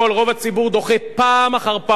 רוב הציבור דוחה פעם אחר פעם,